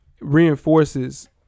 reinforces